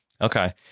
Okay